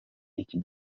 icyi